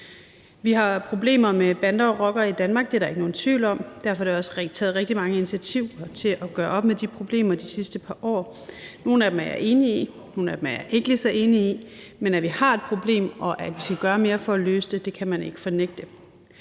Vi har problemer med bander og rockere i Danmark; det er der ikke nogen tvivl om. Derfor er der også taget rigtig mange initiativer til at gøre op med de problemer de sidste par år. Nogle af dem er jeg enig i, nogle af dem er jeg ikke lige så enig i, men at vi har et problem, og at vi skal gøre mere for at løse det, kan man ikke fornægte.